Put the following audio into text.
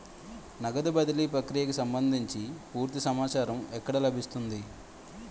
నగదు బదిలీ ప్రక్రియకు సంభందించి పూర్తి సమాచారం ఎక్కడ లభిస్తుంది?